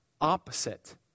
opposite